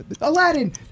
Aladdin